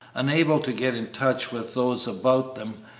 unable to get in touch with those about them,